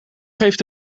geeft